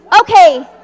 Okay